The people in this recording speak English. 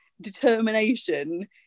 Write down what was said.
determination